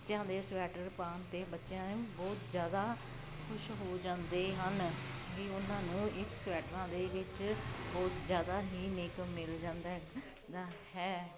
ਬੱਚਿਆਂ ਦੇ ਸਵੈਟਰ ਪਾਉਣ 'ਤੇ ਬੱਚਿਆਂ ਬਹੁਤ ਜ਼ਿਆਦਾ ਖੁਸ਼ ਹੋ ਜਾਂਦੇ ਹਨ ਵੀ ਉਨਾਂ ਨੂੰ ਇਸ ਸਵੈਟਰਾਂ ਦੇ ਵਿੱਚ ਬਹੁਤ ਜ਼ਿਆਦਾ ਹੀ ਨਿੱਘ ਮਿਲ ਜਾਂਦਾ ਹੈ ਗਾ ਹੈ